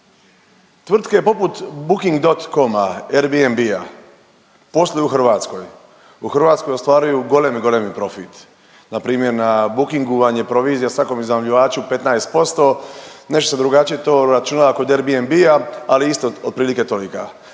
tvrtke poput Booking Dot Com-a, AIRBNB-a posluju u Hrvatskoj, u Hrvatskoj ostvaruju golemi, golemi profit. Npr. na Bookingu vam je provizija svakom iznajmljivaču 15%, nešto se drugačije to obračuna kod AIRBNB-a, ali isto otprilike je tolika.